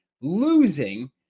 Losing